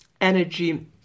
energy